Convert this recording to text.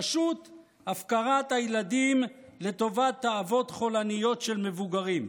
פשוט הפקרת הילדים לטובת תאוות חולניות של מבוגרים.